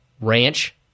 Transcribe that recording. Ranch